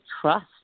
trust